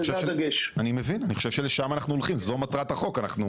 במסגרת החוק הנוכחי,